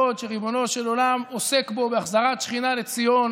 שריבונו של עולם עוסק בו בהחזרת שכינה לציון